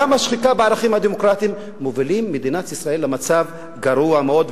גם השחיקה בערכים הדמוקרטיים מובילים את מדינת ישראל למצב גרוע מאוד.